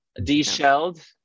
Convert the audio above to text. deshelled